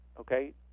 okay